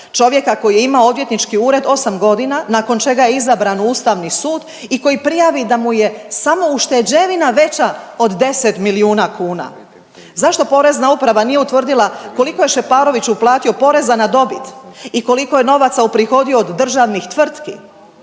čovjeka koji je imao odvjetnički ured 8.g., nakon čega je izabran u Ustavni sud i koji prijavi da mu je samo ušteđevina veća od 10 milijuna kuna? Zašto Porezna uprava nije utvrdila koliko je Šeparović uplatio poreza na dobit i koliko je novaca uprihodio od državnih tvrtki?